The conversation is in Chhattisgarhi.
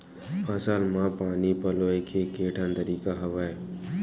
फसल म पानी पलोय के केठन तरीका हवय?